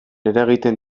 eragiten